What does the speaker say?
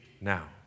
now